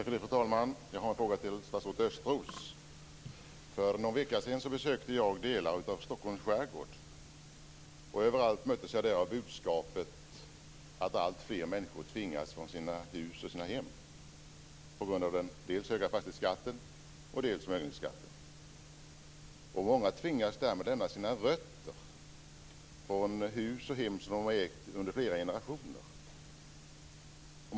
Fru talman! Jag har en fråga till statsrådet Östros. För någon vecka sedan besökte jag delar av Stockholms skärgård. Överallt möttes jag av budskapet att alltfler människor tvingas från hus och hem. Det är dels på grund av den höga fastighetsskatten, dels förmögenhetsskatten. Många tvingas därmed lämna sina rötter, att gå från hus och hem som har ägts av familjerna i generationer.